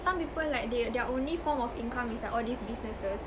some people like they their only form of income is like all these businesses